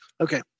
Okay